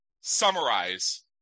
summarize